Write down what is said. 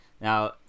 now